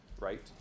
right